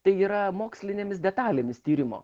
tai yra mokslinėmis detalėmis tyrimo